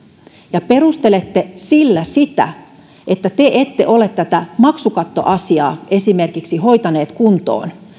ja perustelette sillä sitä että te ette ole esimerkiksi tätä maksukattoasiaa hoitanut kuntoon